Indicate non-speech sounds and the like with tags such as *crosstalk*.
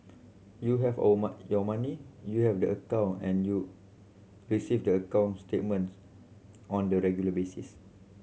you have our *unintelligible* your money you have the account and you receive the account statements on the regular basis